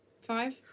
Five